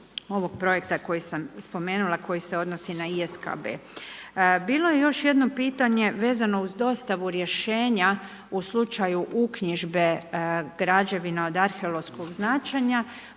ovog projekta koji sam spomenula koji se odnosi na ISKB. Bilo je još jedno pitanje vezano uz dostavu rješenja u slučaju uknjižbe građevina od arheološkog značenja,